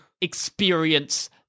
experience